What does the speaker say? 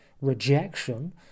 rejection